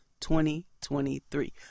2023